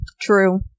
True